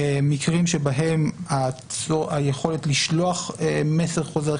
מקרים שבהם היכולת לשלוח מסר חוזר,